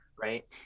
right